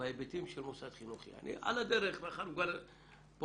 בהיבטים של מוסד חינוכי מאחר וכבר פה